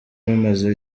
bamaze